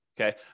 Okay